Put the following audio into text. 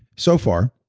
so far,